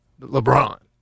LeBron